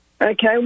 okay